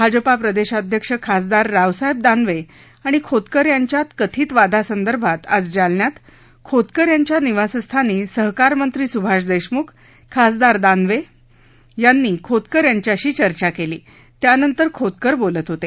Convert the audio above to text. भाजप प्रदेशाध्यक्ष खासदार रावसाहेब दानवे आणि खोतकर यांच्यात कथित वादासंदर्भात आज जालन्यात खोतकर यांच्या निवासस्थानी सहकार मंत्री स्भाष देशम्ख खासदार दानवे यांनी खोतकर यांच्याशी चर्चा केली त्यानंतर खोतकर बोलत होते